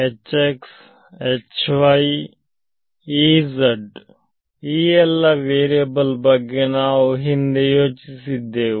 ಎಲ್ಲ ವೇರಿಯಬಲ್ ಬಗ್ಗೆ ನಾವು ಹಿಂದೆ ಯೋಚಿಸಿದ್ದೆವು